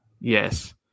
Yes